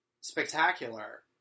spectacular